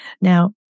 Now